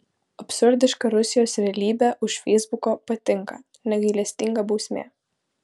absurdiška rusijos realybė už feisbuko patinka negailestinga bausmė